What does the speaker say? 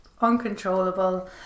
uncontrollable